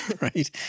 right